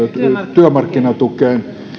työmarkkinatukeen